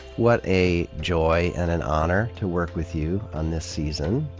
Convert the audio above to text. what a joy and an honor to work with you on this season.